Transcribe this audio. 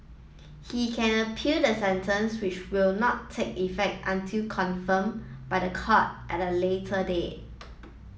he can appeal the sentence which will not take effect until confirmed by the court at a later date